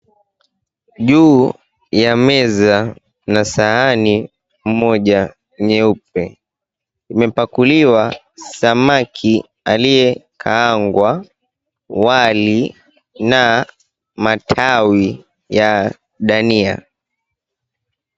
Juu ya meza na sahani moja nyeupe imepakuliwa samaki aliyekaangwa, wali na matawi ya dania.